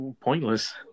pointless